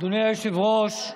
אדוני היושב-ראש,